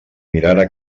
mirara